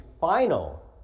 final